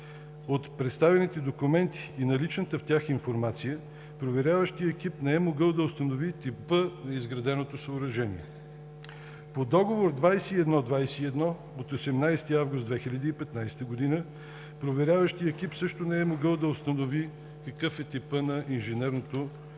от представените документи и наличната в тях информация проверяващият екип не е могъл да установи типа на изграденото съоръжение. По Договор № 2121 от 18 август 2015 г. проверяващият екип също не е могъл да установи какъв е типът на инженерното съоръжение.